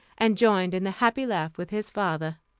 and joined in the happy laugh with his father.